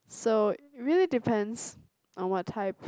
so it really depends on what type